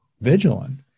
vigilant